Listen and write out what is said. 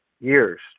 years